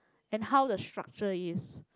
and how the structure is